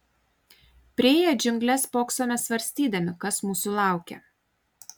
priėję džiungles spoksome svarstydami kas mūsų laukia